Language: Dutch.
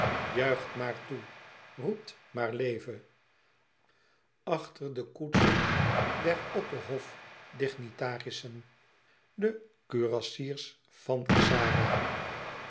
juicht maar toe roept maar leve ch de koetsen der opperhofdignitarissen de kurassiers van xara